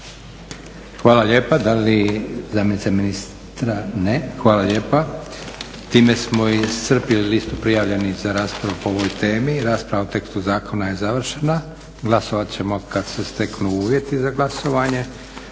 Hvala lijepa. Da li zamjenica ministra? Ne. Hvala lijepa. Time smo iscrpili listu prijavljenih za raspravu po ovoj temi. Rasprava o tekstu zakona je završena. Glasovat ćemo kada se steknu uvjeti za glasovanje.